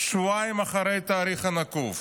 שבועיים אחרי התאריך הנקוב.